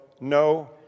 no